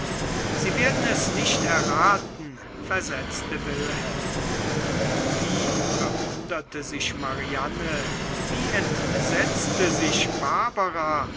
sie werden es nicht erraten versetzte wilhelm wie verwunderte sich mariane wie entsetzte sich barbara